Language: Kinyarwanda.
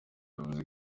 yavuze